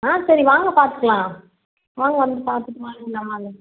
ஆ சரி வாங்க பார்த்துக்கலாம் வாங்க வந்து பார்த்துட்டு வாங்கிக்கலாம் வாங்க